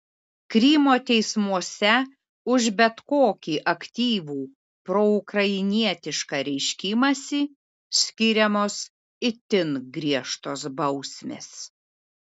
krymo teismuose už bet kokį aktyvų proukrainietišką reiškimąsi skiriamos itin griežtos bausmės